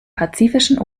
pazifischen